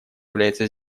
является